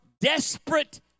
desperate